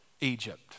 Egypt